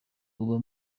uba